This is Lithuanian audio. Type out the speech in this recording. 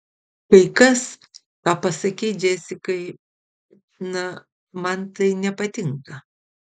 kai kas ką pasakei džesikai na man tai nepatinka